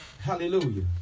Hallelujah